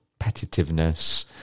competitiveness